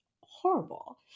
horrible